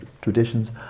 traditions